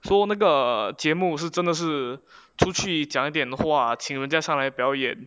so 那个节目是真的是出去讲一些话请大家上台表演